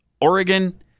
Oregon